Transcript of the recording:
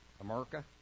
America